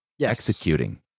executing